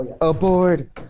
Aboard